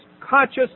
conscious